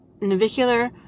navicular